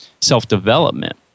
self-development